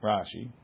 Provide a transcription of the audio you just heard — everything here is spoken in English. Rashi